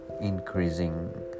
increasing